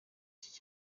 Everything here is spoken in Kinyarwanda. ibi